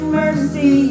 mercy